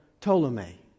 Ptolemy